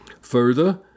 Further